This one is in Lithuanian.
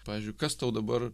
pavyzdžiui kas tau dabar